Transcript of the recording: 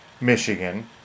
Michigan